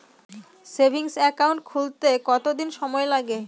Savings account খুলতে কতদিন সময় লাগে?